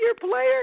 player